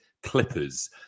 Clippers